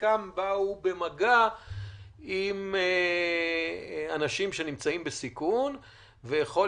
חלקם באו במגע עם אנשים שנמצאים בסיכון ויכול